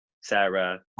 Sarah